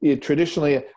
Traditionally